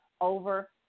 over